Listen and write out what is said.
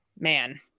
man